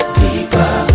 deeper